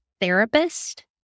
therapist